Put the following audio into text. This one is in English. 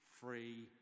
free